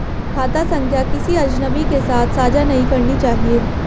खाता संख्या किसी अजनबी के साथ साझा नहीं करनी चाहिए